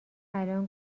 الان